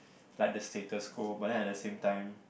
like the status go but then at the same time